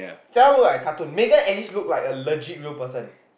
Stella look like a cartoon Megan at least look like a legit real person